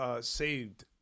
saved